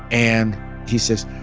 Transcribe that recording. and he said,